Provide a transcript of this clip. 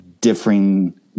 differing